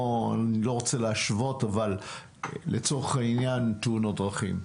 - אני לא רוצה להשוות - לצורך העניין תאונות דרכים.